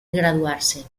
graduarse